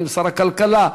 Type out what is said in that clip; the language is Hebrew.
לשר הכלכלה,